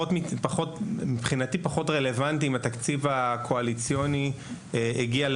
מבחינתי פחות רלוונטי אם התקציב הקואליציוני הגיע,